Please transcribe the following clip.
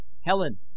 Helen